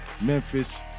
Memphis